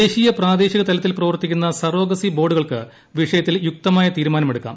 ദേശീയ പ്രാദേശിക തലത്തിൽ പ്രവർത്തിക്കുന്ന സറോഗസി ബോർഡുകൾക്ക് വിഷയത്തിൽ യുക്തമായ തീരുമാനമെടുക്കാം